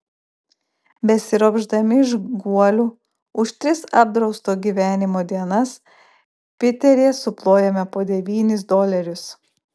besiropšdami iš guolių už tris apdrausto gyvenimo dienas piteryje suplojome po devynis dolerius